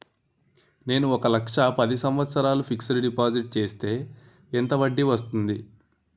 నేను ఒక లక్ష పది సంవత్సారాలు ఫిక్సడ్ డిపాజిట్ చేస్తే ఎంత వడ్డీ వస్తుంది?